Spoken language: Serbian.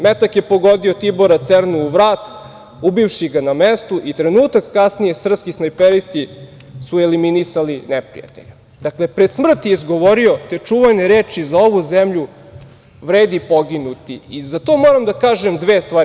Metak je pogodio Tibora Cerna u vrat, ubivši ga na mestu i trenutak kasnije srpski snajperisti su eliminisali neprijatelja.“ Dakle, pred smrt je izgovorio te čuvene reči – „Za ovu zemlju vredi poginuti“ i za to moram da kažem dve stvar.